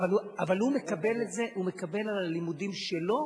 אבל הוא מקבל על הלימודים שלו,